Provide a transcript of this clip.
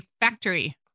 factory